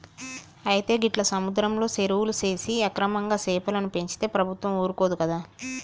అయితే గీట్ల సముద్రంలో సెరువులు సేసి అక్రమంగా సెపలను పెంచితే ప్రభుత్వం ఊరుకోదు కదా